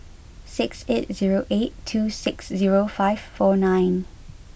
six eight zero eight two six zero five four nine